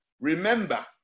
Remember